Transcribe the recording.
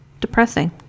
Depressing